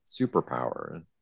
superpower